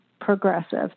progressive